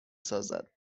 سازد